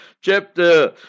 chapter